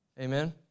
Amen